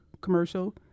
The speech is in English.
commercial